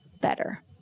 better